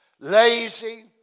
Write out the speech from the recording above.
lazy